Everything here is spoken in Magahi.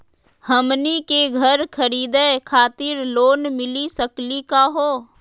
हमनी के घर खरीदै खातिर लोन मिली सकली का हो?